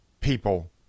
people